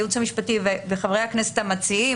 הייעוץ המשפטי וחברי הכנסת המציעים,